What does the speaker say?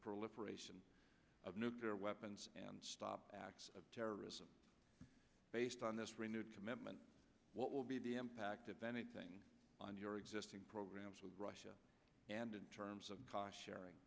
proliferation of nuclear weapons and stop acts of terrorism based on this renewed commitment what will be the impact of anything on your existing programs with russia and in terms of